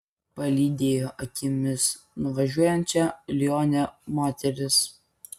palydėjo akimis nuvažiuojančią lionę moteris